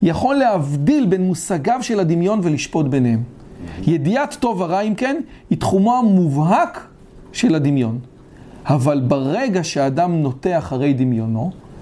יכול להבדיל בין מושגיו של הדמיון ולשפוט ביניהם. ידיעת טוב או רע, אם כן, היא תחומה מובהק של הדמיון. אבל ברגע שאדם נוטה אחרי דמיונו,